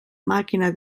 màquina